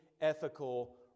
ethical